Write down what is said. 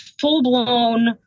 full-blown